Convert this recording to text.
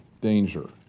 danger